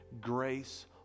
Grace